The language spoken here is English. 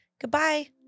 Goodbye